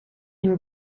une